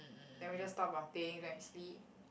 then we just talk about things then we sleep